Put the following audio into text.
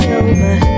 over